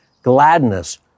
gladness